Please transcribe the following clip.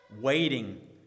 waiting